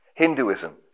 Hinduism